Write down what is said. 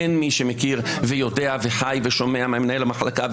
אין מי שמכיר, יודע וחי ושומע ממנהל המחלקה.